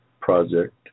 project